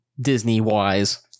Disney-wise